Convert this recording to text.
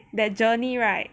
that journey right